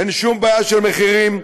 אין שום בעיה של מחירים,